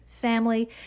family